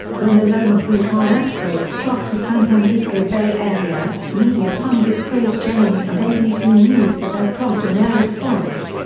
when the loma prieta earthquake struck the san francisco bay area, media pundits praised jennings and abc news for their prompt on-air response,